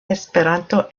esperanto